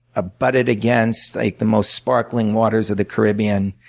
abutted against like the most sparkling waters of the caribbean,